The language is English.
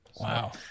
Wow